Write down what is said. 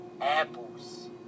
apples